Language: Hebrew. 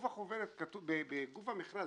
אבל בגוף המכרז,